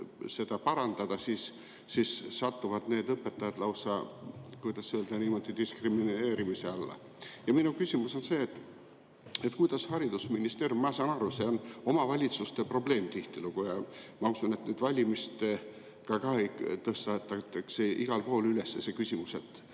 seda parandada, siis satuvad need õpetajad lausa, kuidas öelda, diskrimineerimise alla. Minu küsimus on see, kuidas haridusministeerium ... Ma saan aru, see on omavalitsuste probleem tihtilugu ja ma usun, et nüüd valimistega ka tõstatatakse igal pool üles see küsimus, et